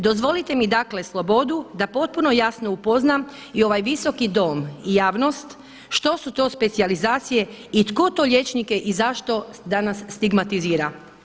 Dozvolite mi dakle slobodu da potpuno jasno upoznam i ovaj visoki dom i javnost što su to specijalizacije i tko to liječnike i zašto danas stigmatizira.